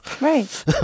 Right